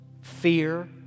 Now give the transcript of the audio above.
fear